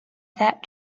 that